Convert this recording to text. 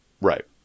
Right